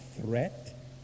threat